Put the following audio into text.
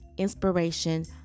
inspiration